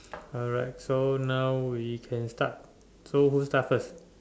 alright so now we can start so who start first